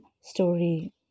story